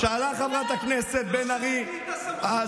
שאלה חברת הכנסת בן ארי, לא.